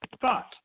thought